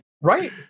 right